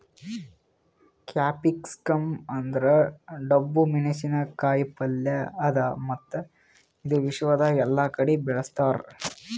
capsicum ಅಂದುರ್ ಡಬ್ಬು ಮೆಣಸಿನ ಕಾಯಿ ಪಲ್ಯ ಅದಾ ಮತ್ತ ಇದು ವಿಶ್ವದಾಗ್ ಎಲ್ಲಾ ಕಡಿ ಬೆಳುಸ್ತಾರ್